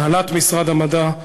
הנהלת משרד המדע,